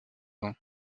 ans